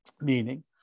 meaning